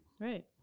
Right